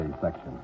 section